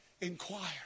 Inquire